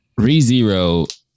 ReZero